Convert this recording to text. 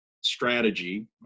strategy